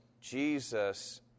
Jesus